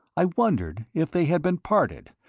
i wondered if they had been parted,